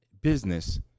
business